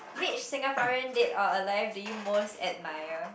which Singaporean dead or alive do you most admire